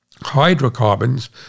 hydrocarbons